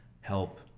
help